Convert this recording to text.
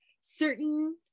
certain